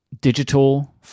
digital